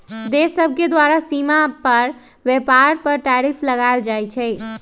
देश सभके द्वारा सीमा पार व्यापार पर टैरिफ लगायल जाइ छइ